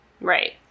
right